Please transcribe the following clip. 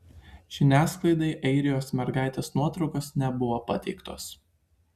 žiniasklaidai airijos mergaitės nuotraukos nebuvo pateiktos